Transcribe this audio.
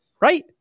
right